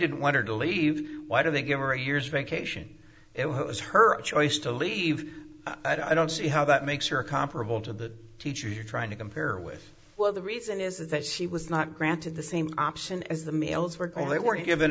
didn't want her to leave why did they give her a year's vacation it was her choice to leave i don't see how that makes her comparable to the teacher you're trying to compare with well the reason is that she was not granted the same option as the males were gone they weren't given